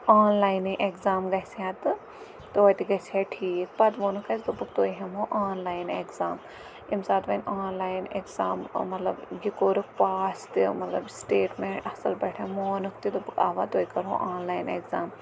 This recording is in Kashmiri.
آنلاینٕے اٮ۪کزام گژھِ ہے تہٕ توتہِ گژھِ ہے ٹھیٖک پَتہٕ ووٚنُکھ اَسہِ دوٚپُکھ تۄہہِ ہٮ۪مہو آنلاین اٮ۪کزام ییٚمہِ ساتہٕ وۄںۍ آنلاین اٮ۪کزام مطلب یہِ کوٚرُکھ پاس تہِ مطلب سٹیٹمٮ۪نٛٹ اَصٕل پٲٹھۍ مونُکھ تہِ دوٚپُکھ اَوا تۄہہِ کَرٕہو آنلاین اٮ۪کزام